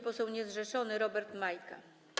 Poseł niezrzeszony, Robert Majka.